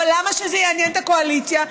אבל למה שזה יעניין את הקואליציה?